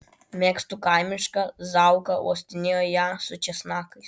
mėgstu kaimišką zauka uostinėjo ją su česnakais